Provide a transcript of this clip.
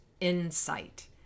insight